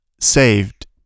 saved